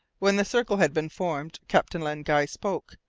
when the circle had been formed, captain len guy spoke,